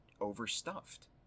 overstuffed